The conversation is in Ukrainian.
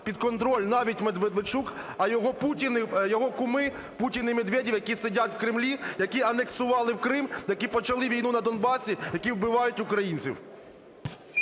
під контроль навіть не Медведчук, а його куми – Путін і Медведєв, які сидять в Кремлі, які анексували Крим, які почали війну на Донбасі, які вбивають українців?!